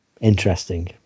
Interesting